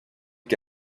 que